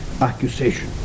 accusation